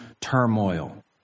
turmoil